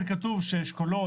כתוב,